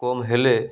କମ୍ ହେଲେ